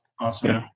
Awesome